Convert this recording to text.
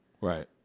right